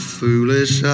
foolish